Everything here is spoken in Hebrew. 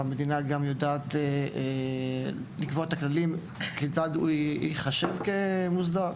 ויודעת לקבוע את הכללים כיצד הוא ייחשב כמוסדר.